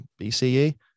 BCE